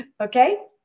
okay